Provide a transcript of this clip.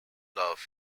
love